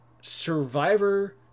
Survivor